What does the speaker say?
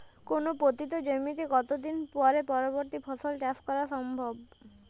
কোনো পতিত জমিতে কত দিন পরে পরবর্তী ফসল চাষ করা সম্ভব?